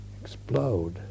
explode